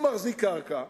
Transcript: הוא מחזיק קרקע,